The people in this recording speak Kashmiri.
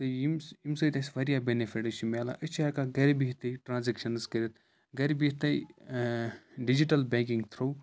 تہٕ ییٚمہِ ییٚمہِ سۭتۍ اَسہِ واریاہ بٮ۪نِفِٹٕس چھِ مِلان أسۍ چھِ ہٮ۪کان گَرِ بِہِتھٕے ٹرٛانزیکشَنٕز کٔرِتھ گَرِ بِہِتھٕے ڈِجِٹَل بٮ۪نٛکِنٛگ تھرٛوٗ